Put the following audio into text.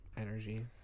energy